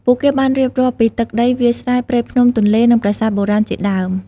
ពួកគេបានរៀបរាប់ពី ទឹកដី វាលស្រែ ព្រៃភ្នំ ទន្លេ និងប្រាសាទបុរាណជាដើម។